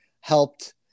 helped